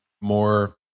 more